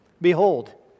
Behold